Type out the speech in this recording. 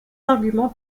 arguments